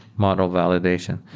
model validation.